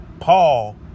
Paul